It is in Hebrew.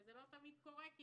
וזה לא תמיד קורה כי